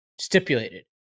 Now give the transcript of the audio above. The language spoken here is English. Stipulated